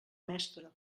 mestre